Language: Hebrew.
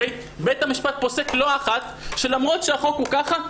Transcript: בית המשפט פוסק לא אחת שלמרות שהחוק הוא ככה,